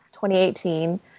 2018